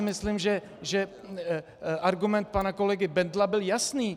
Myslím si, že argument pana kolegy Bendla byl jasný.